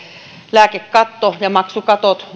lääkekatto ja maksukatot